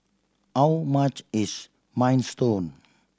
how much is Minestrone